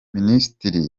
minisitiri